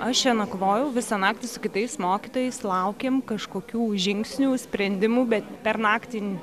aš čia nakvojau visą naktį su kitais mokytojais laukėm kažkokių žingsnių sprendimų bet per naktį